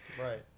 Right